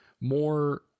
more